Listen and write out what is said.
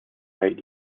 hate